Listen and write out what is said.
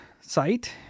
site